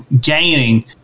gaining